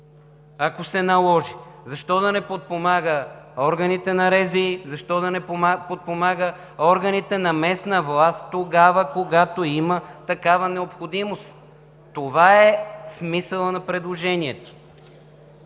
ако се наложи? Защо да не подпомага органите на РЗИ, защо да не подпомага органите на местна власт, когато има такава необходимост? Това е смисълът на предложението.